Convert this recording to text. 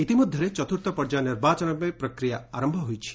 ଇତିମଧ୍ୟରେ ଚତୁର୍ଥ ପର୍ଯ୍ୟାୟ ନିର୍ବାଚନ ପାଇଁ ପ୍ରକ୍ରିୟା ଆରମ୍ଭ ହୋଇଛି